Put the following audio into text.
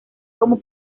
como